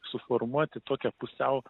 suformuoti tokią pusiau